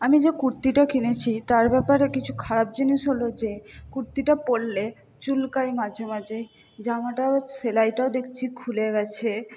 আমি যে কুর্তিটা কিনেছি তার ব্যাপারে কিছু খারাপ জিনিস হল যে কুর্তিটা পরলে চুলকায় মাঝে মাঝে জামাটার সেলাইটাও দেখছি খুলে গেছে